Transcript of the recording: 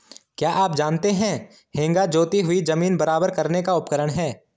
क्या आप जानते है हेंगा जोती हुई ज़मीन बराबर करने का उपकरण है?